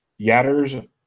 Yatters